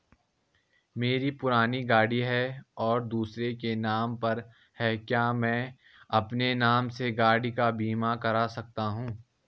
मेरी पुरानी गाड़ी है और दूसरे के नाम पर है क्या मैं अपने नाम से गाड़ी का बीमा कर सकता हूँ?